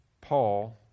Paul